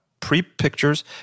Pre-pictures